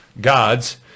gods